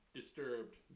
disturbed